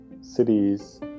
cities